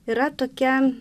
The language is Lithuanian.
yra tokia